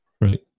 right